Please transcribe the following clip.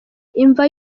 imva